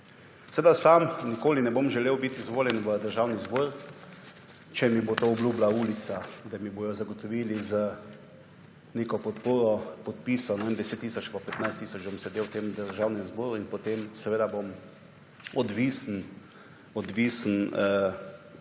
Seveda sam nikoli ne bom želel biti izvoljen v Državni zbor, če mi bo to obljubila ulica, da mi bodo zagotovili z neko podporo podpisov, ne vem, 10 tisoč ali pa 15 tisoč, da bom sedel v tem Državnem zboru in potem seveda bom odvisen tem